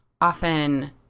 often